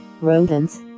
rodents